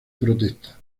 protesta